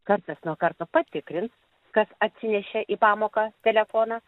kartas nuo karto patikrins kas atsinešė į pamoką telefoną